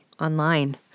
online